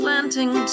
Planting